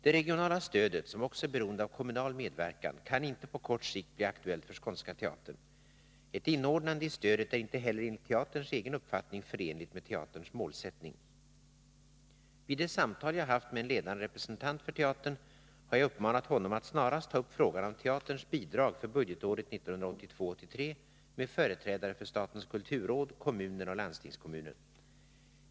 Det regionala stödet, som också är beroende av kommunal medverkan, kan inte på kort sikt bli aktuellt för Skånska Teatern. Ett inordnande i stödet är inte heller enligt teaterns egen uppfattning förenligt med teaterns målsättning. Vid det samtal jag haft med en ledande representant för teatern har jag uppmanat honom att snarast ta upp frågan om teaterns bidrag för budgetåret 1982/83 med företrädare för statens kulturråd, kommunen och landstingskommunen.